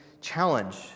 challenge